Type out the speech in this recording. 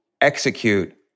execute